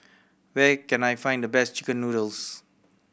where can I find the best chicken noodles